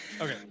Okay